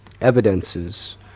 evidences